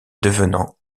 devenant